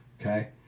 Okay